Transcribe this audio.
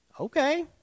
Okay